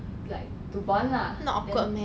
like to bond lah then